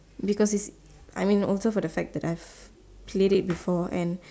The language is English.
because it's I mean also for the fact that I've played it before and